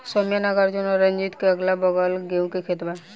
सौम्या नागार्जुन और रंजीत के अगलाबगल गेंहू के खेत बा